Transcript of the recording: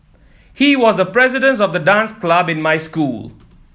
he was the president of the dance club in my school